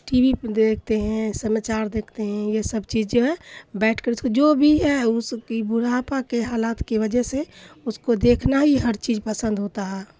T V پہ دیکھتے ہیں سماچار دیکھتے ہیں یہ سب چیز جو ہے بیٹھ کر اس کو جو بھی ہے اس کی بڑھاپا کے حالات کی وجہ سے اس کو دیکھنا ہی ہر چیز پسند ہوتا ہے